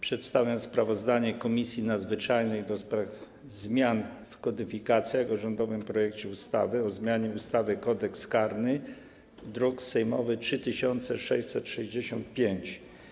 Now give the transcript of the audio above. Przedstawiam sprawozdanie Komisji Nadzwyczajnej do spraw zmian w kodyfikacjach o rządowym projekcie ustawy o zmianie ustawy Kodeks karny, druk sejmowy nr 3665.